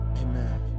amen